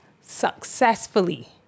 successfully